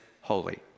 holy